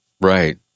right